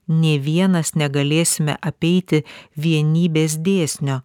nė vienas negalėsime apeiti vienybės dėsnio